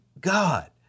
God